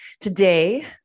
Today